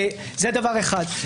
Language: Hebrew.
זה דבר אחד.